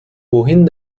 wohin